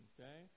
Okay